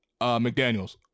McDaniels